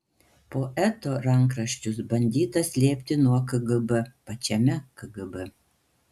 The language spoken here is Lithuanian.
poeto rankraščius bandyta slėpti nuo kgb pačiame kgb